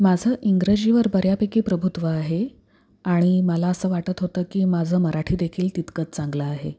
माझं इंग्रजीवर बऱ्यापैकी प्रभुत्व आहे आणि मला असं वाटत होतं की माझं मराठीदेखील तितकंच चांगलं आहे